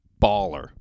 Baller